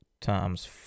times